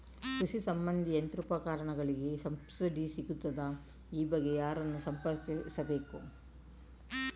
ಕೃಷಿ ಸಂಬಂಧಿ ಯಂತ್ರೋಪಕರಣಗಳಿಗೆ ಸಬ್ಸಿಡಿ ಸಿಗುತ್ತದಾ? ಈ ಬಗ್ಗೆ ಯಾರನ್ನು ಸಂಪರ್ಕಿಸಬೇಕು?